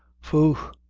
phoo!